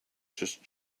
just